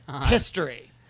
History